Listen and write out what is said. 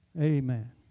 Amen